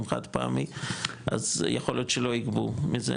חד-פעמי אז יכול להיות שלא יגבו מזה,